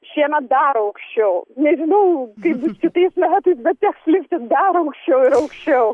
šiemet dar aukščiau nežinau kaip bus kitais metais bet teks lipti dar aukščiau ir aukščiau